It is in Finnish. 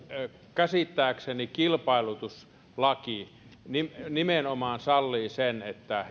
käsittääkseni kilpailutuslaki ja samoiten hankintalaki nimenomaan sallii sen että